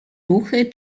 ruchy